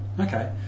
Okay